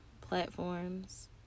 platforms